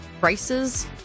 Prices